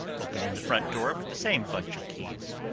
opening the front door with the same bunch of keys.